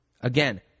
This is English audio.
Again